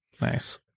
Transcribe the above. Nice